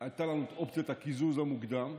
הייתה לנו את אופציית הקיזוז המוקדם,